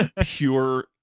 pure